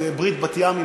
זה ברית בת-ימים,